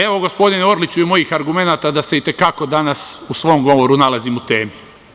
Evo gospodine Orliću i mojih argumenata da se i te kako danas u svom govoru nalazim u temi.